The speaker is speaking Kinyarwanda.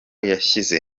yashyize